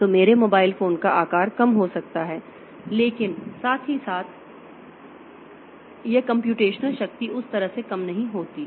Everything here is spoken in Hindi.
तो मेरे मोबाइल फोन का आकार कम हो सकता है लेकिन साथ ही साथ यह कम्प्यूटेशनल शक्ति उस तरह से कम नहीं होती है